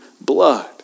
blood